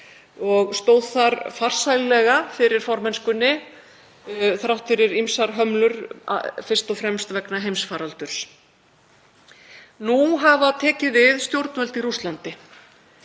stóð þar farsællega fyrir formennskunni þrátt fyrir ýmsar hömlur, fyrst og fremst vegna heimsfaraldurs. Nú hafa stjórnvöld í Rússlandi